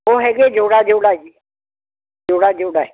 ਉਹ ਹੈਗੇ ਜੋੜਾ ਜੋੜਾ ਜੀ ਜੋੜਾ ਜੋੜਾ ਐ